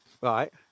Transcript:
Right